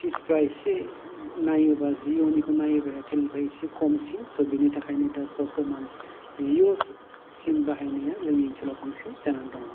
फिस फ्रा एसे नायोब्ला जिअ निखौ नायोब्ला एयारटेल निफ्राय एसे खमसिन बेनि थाखायनो दा बरतमान जिअ सिम बाहायनाया जोंनि ओनसोलाव बांसिन जानानै दङ